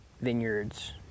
vineyards